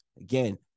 again